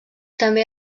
també